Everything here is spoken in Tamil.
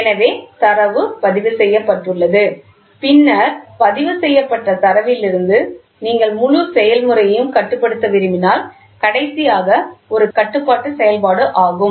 எனவே தரவு பதிவு செய்யப்பட்டுள்ளது பின்னர் பதிவுசெய்யப்பட்ட தரவிலிருந்து நீங்கள் முழு செயல்முறையையும் கட்டுப்படுத்த விரும்பினால் கடைசியாக ஒரு கட்டுப்பாட்டு செயல்பாடு ஆகும்